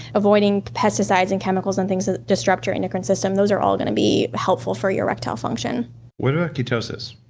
avoiding pesticides, and chemicals, and things that disrupt your endocrine system. those are all going to be helpful for your erectile function what about ketosis,